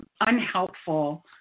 Unhelpful